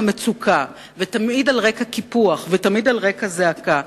מצוקה ותמיד על רקע קיפוח ותמיד על רקע זעקה.